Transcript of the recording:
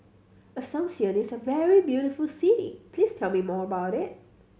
Asuncion is a very beautiful city please tell me more about it